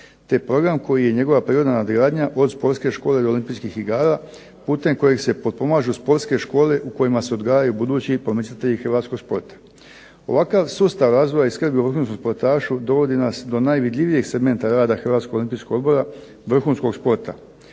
te program koji je njegova prirodna nadgradnja od sportske škole do olimpijskih igara, putem kojeg se potpomažu sportske škole u kojima se odgajaju budući i promicatelji hrvatskog sporta. Ovakav sustav razvoja i skrbi vrhunskom sportašu dovodi nas do najvidljivijeg segmenta rada Hrvatskog olimpijskog odbora vrhunskog sporta.